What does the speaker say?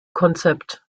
konzept